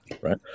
right